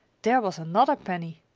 there was another penny!